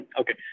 Okay